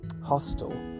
hostel